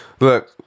Look